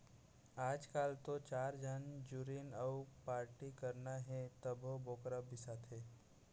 आजकाल तो चार झन जुरिन अउ पारटी करना हे तभो बोकरा बिसाथें